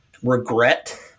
regret